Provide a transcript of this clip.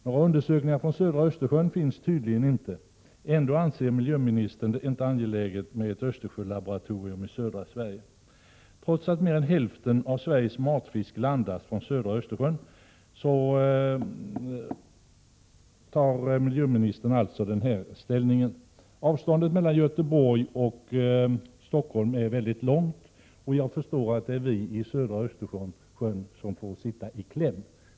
Några undersökningar från södra Östersjön finns tydligen inte. Ändå anser miljöministern att det inte är angeläget att ha ett Östersjölaboratorium i södra Sverige. Trots att mer än hälften av Sveriges matfisk landas från södra Östersjön, gör alltså miljöministern detta ställningstagande. Avståndet mellan Göteborg och Stockholm är mycket stort, så jag förstår att vi som bor vid södra Östersjön kommer i kläm.